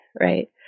right